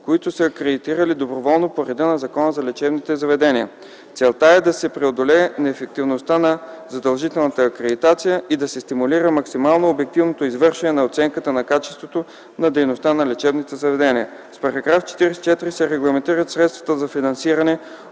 които са се акредитирали доброволно по реда на Закона за лечебните заведения. Целта е да се преодолее неефективността на задължителната акредитация и да се стимулира максимално обективното извършване на оценката на качеството на дейността на лечебното заведение. С § 44 се регламентират средствата за финансиране